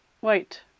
Wait